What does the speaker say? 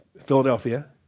Philadelphia